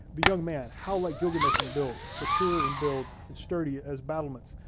the young man, how like gilgamesh in build, mature in build and sturdy as battlements,